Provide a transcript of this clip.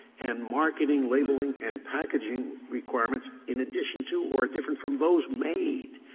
and marketing labeling and packaging requirements in addition to or different from those made.